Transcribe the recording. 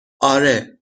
آره